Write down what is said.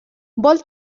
vol